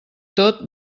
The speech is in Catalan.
tot